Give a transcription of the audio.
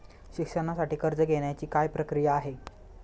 शिक्षणासाठी कर्ज घेण्याची काय प्रक्रिया आहे?